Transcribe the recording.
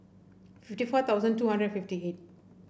fifty four thousand two hundred fifty eight